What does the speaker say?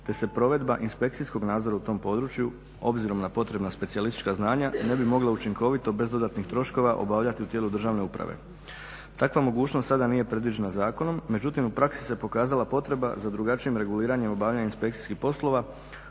te se provedba inspekcijskog nadzora u tom području obzirom na potrebna specijalistička znanja ne bi mogla učinkovito bez dodatnih troškova obavljati u tijelu državne uprave. Takva mogućnost sada nije predviđena zakonom, međutim, u praksi se pokazala potreba za drugačijim reguliranjem, obavljanjem inspekcijskih poslova